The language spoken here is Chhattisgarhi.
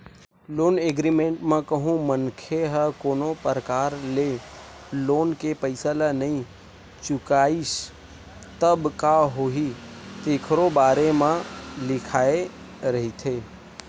लोन एग्रीमेंट म कहूँ मनखे ह कोनो परकार ले लोन के पइसा ल नइ चुकाइस तब का होही तेखरो बारे म लिखाए रहिथे